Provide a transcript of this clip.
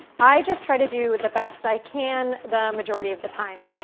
i just try to do the best i can, the majority of the time.